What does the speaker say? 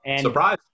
Surprise